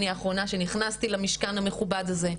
אני האחרונה שנכנסתי למשכן המכובד הזה,